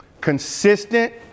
Consistent